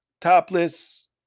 topless